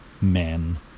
men